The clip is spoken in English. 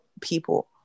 people